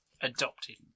Adopted